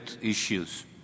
issues